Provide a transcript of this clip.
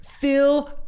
fill